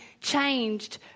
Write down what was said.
changed